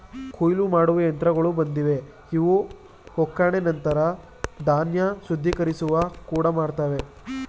ಕೊಯ್ಲು ಮಾಡುವ ಯಂತ್ರಗಳು ಬಂದಿವೆ ಇವು ಒಕ್ಕಣೆ ನಂತರ ಧಾನ್ಯ ಶುದ್ಧೀಕರಿಸುವ ಕೂಡ ಮಾಡ್ತವೆ